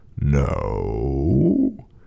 No